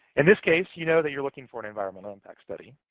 in this case, you know that you're looking for an environmental impact study.